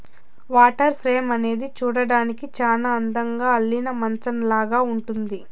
water frame అనేది చూడ్డానికి చానా అందంగా అల్లిన మంచాలాగా ఉంటుంది